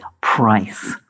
price